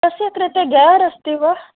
तस्य कृते ग्येर् अस्ति वा